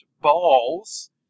balls